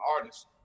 artists